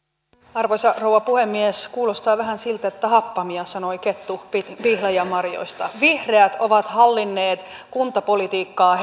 arvoisa rouva puhemies kuulostaa vähän siltä että happamia sanoi kettu pihlajanmarjoista vihreät ovat hallinneet kuntapolitiikkaa